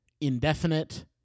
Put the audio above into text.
indefinite